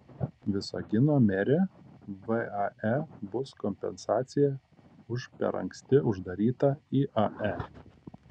visagino merė vae bus kompensacija už per anksti uždarytą iae